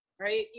right